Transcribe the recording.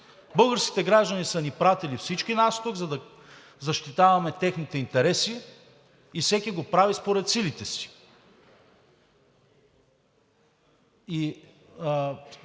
Българските граждани са ни пратили всички нас тук, за да защитаваме техните интереси, и всеки го прави според силите си.